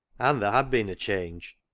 and there had been a change.